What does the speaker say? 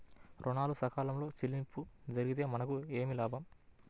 ఋణాలు సకాలంలో చెల్లింపు జరిగితే మనకు ఏమి లాభం?